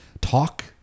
talk